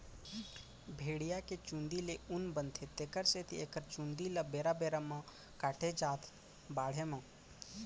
भेड़िया के चूंदी ले ऊन बनथे तेखर सेती एखर चूंदी ल बेरा बेरा म काटे जाथ बाड़हे म